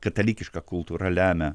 katalikiška kultūra lemia